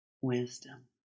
wisdom